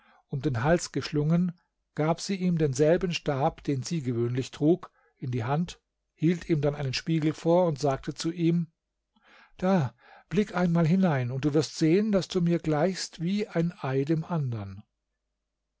um den hals geschlungen gab sie ihm denselben stab den sie gewöhnlich trug in die hand hielt ihm dann einen spiegel vor und sagte zu ihm da blick einmal hinein und du wirst sehen daß du mir gleichst wie ein ei dem andern